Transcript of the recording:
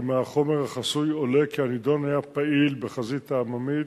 כי מהחומר החסוי עולה כי הנדון היה פעיל ב"חזית העממית",